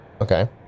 Okay